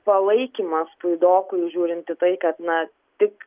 palaikymas puidokui žiūrinti į tai kad na tik